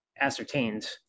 ascertained